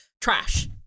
trash